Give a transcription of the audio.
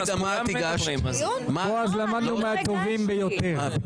בועז, למדנו מהטובים ביותר.